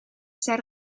zij